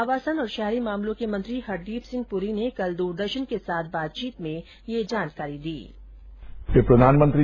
आवासन और शहरी मामलों के मंत्री हरदीप सिंह पुरी ने कल दूरदर्शन के साथ बातचीत में यह जानकारी दी